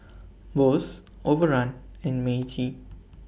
Bose Overrun and Meiji